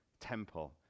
temple